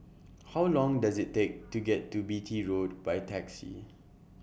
How Long Does IT Take to get to Beatty Road By Taxi